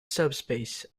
subspace